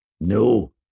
No